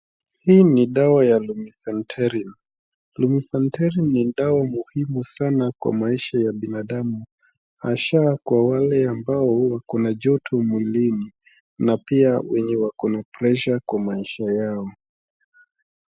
Hii ni dawa ya Lumefantrine, Lumefantrine ni dawa muhimu sana kwa maisha ya binadamu hasa kwa wale ambao huwa wako na joto mwilini na pia wenye wako na pressure kwa maisha yao.